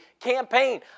campaign